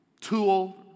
tool